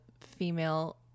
female